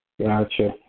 Gotcha